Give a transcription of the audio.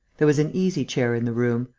there was an easy-chair in the room.